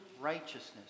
righteousness